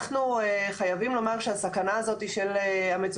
אנחנו חייבים לומר שהסכנה הזאת של המצוקים